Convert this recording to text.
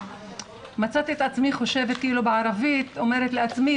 ומצאתי את עצמי חושבת בערבית ואומרת לעצמי